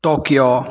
Tokyo